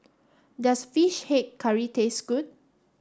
does fish head curry taste good